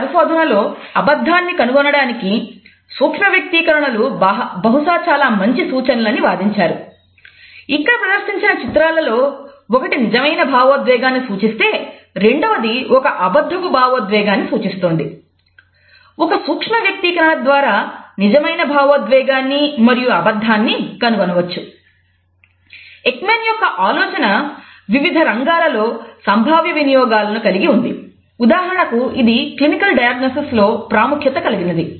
Paul Ekman లో ప్రాముఖ్యత కలిగినది